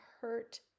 hurt